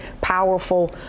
powerful